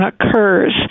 occurs